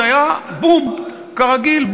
זה היה בום, כרגיל.